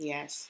Yes